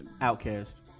Outcast